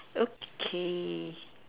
okay